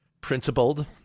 principled